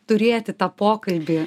turėti tą pokalbį